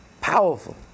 Powerful